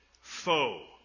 foe